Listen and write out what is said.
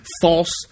false